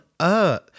earth